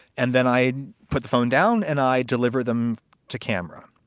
and then i put the phone down and i deliver them to camera.